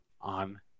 on